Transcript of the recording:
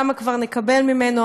כמה כבר נקבל ממנו?